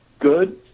good